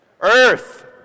Earth